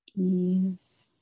Ease